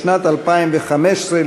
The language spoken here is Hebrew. לשנת 2015,